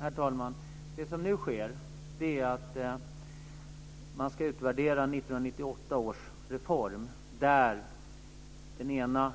Herr talman! Det som nu sker är att man ska utvärdera 1998 års reform enligt vilken